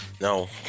No